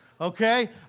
okay